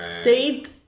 state